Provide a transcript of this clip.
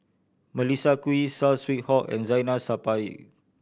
Melissa Kwee Saw Swee Hock and Zainal Sapari